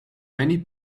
many